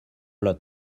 lot